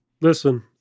Listen